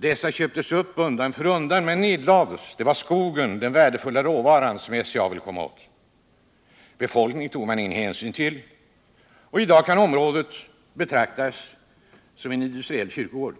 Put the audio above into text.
Dessa köptes upp undan för undan men nedlades. Det var skogen, den värdefulla råvaran, som SCA ville komma åt. Befolkningen tog man ingen hänsyn till. I dag kan området betraktas som en industriell kyrkogård.